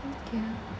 okay